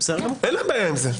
אין להם בעיה עם זה.